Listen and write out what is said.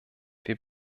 wir